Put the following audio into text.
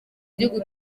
igihugu